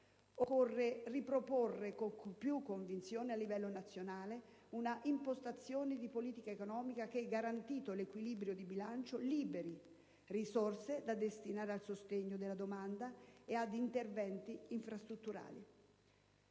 Occorre riproporre con più convinzione a livello nazionale un'impostazione di politica economica che, garantito l'equilibrio di bilancio, liberi risorse da destinare al sostegno della domanda e ad interventi infrastrutturali.